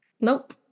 Nope